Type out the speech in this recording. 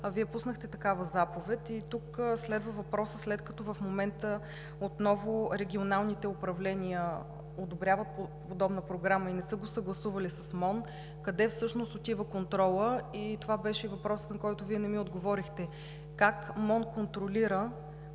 Вие пуснахте такава заповед. Тук следва въпросът: след като в момента отново регионалните управления одобряват подобна програма и не са го съгласували с МОН, къде отива контролът? Това беше въпросът, на който Вие не ми отговорихте: как МОН контролира